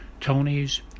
Tony's